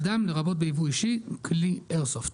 בייבוא אישי, כלי איירסופט.